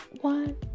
one